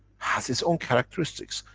has its own characteristics,